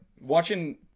watching